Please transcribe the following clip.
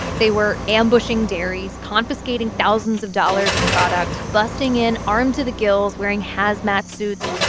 they were ambushing dairies, confiscating thousands of dollars of product, busting in armed to the gills wearing hazmat suits,